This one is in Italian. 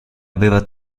aveva